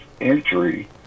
entry